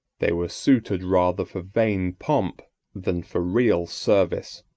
they were suited rather for vain pomp than for real service.